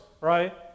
right